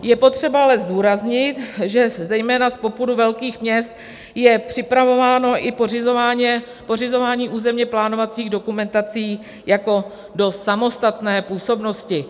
Je potřeba ale zdůraznit, že zejména z popudu velkých měst je připravováno i pořizování územněplánovacích dokumentací jako do samostatné působnosti.